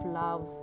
love